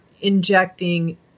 injecting